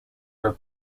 were